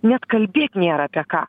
net kalbėti nėr apie ką